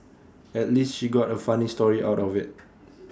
at least she got A funny story out of IT